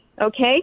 Okay